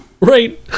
Right